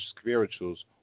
spirituals